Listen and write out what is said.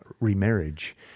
remarriage